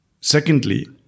Secondly